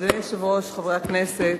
אדוני היושב-ראש, חברי הכנסת,